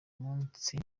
munsi